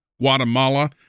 Guatemala